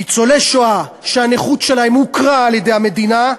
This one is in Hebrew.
ניצולי שואה שהנכות שלהם הוכרה על-ידי המדינה,